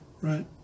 right